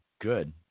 Good